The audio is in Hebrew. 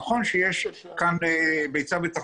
ביצה ותרנגולת.